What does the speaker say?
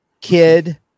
kid